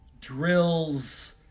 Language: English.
drills